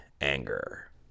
anger